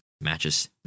matches